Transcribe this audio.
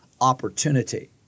opportunity